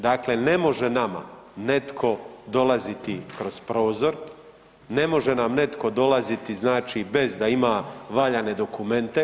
Dakle, ne može nama netko dolaziti kroz prozor, ne može nam netko dolaziti bez da ima valjane dokumente.